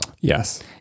Yes